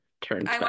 turns